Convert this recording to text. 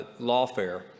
lawfare